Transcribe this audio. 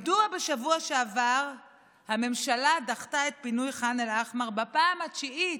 מדוע בשבוע שעבר הממשלה דחתה את פינוי ח'אן אל-אחמר בפעם התשיעית?